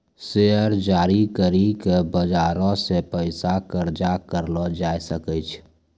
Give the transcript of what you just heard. share जारी करि के बजारो से पैसा कर्जा करलो जाय सकै छै